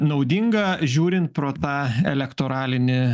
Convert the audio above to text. naudinga žiūrint pro tą elektoralinį